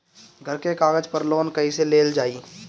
घर के कागज पर लोन कईसे लेल जाई?